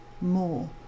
more